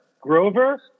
Grover